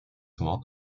wort